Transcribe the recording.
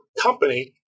company